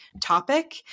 topic